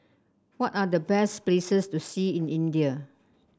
what are the best places to see in India